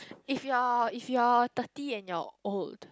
if you're if you're thirty and you are old